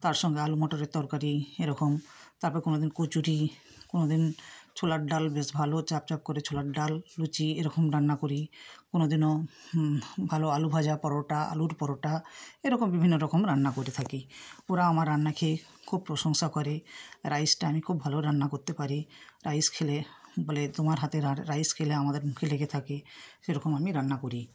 তার সঙ্গে আলু মটরের তরকারি এরকম তারপর কোনো দিন কচুরি কোনো দিন ছোলার ডাল বেশ ভালো চাপ চাপ করে ছোলার ডাল লুচি এরকম রান্না করি কোনো দিনও ভালো আলু ভাজা পরোটা আলুর পরোটা এরকম বিভিন্ন রকম রান্না করে থাকি ওরা আমার রান্না খেয়ে খুব প্রশংসা করে রাইসটা আমি খুব ভালো রান্না করতে পারি রাইস খেলে বলে তোমার হাতের আর রাইস খেলে আমাদের মুখে লেগে থাকে সেরকম আমি রান্না করি